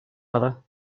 other